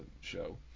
show